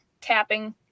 tapping